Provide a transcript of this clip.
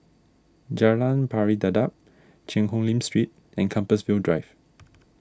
Jalan Pari Dedap Cheang Hong Lim Street and Compassvale Drive